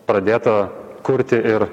pradėta kurti ir